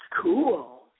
cool